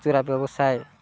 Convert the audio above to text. ଚୋରା ବ୍ୟବସାୟ